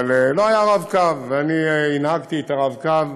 אבל לא היה רב-קו, ואני הנהגתי את הרב-קו,